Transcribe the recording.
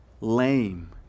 lame